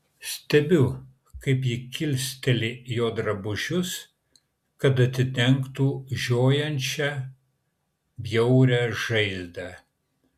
stebiu kaip ji kilsteli jo drabužius kad atidengtų žiojančią bjaurią žaizdą